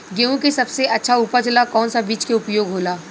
गेहूँ के सबसे अच्छा उपज ला कौन सा बिज के उपयोग होला?